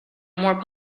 more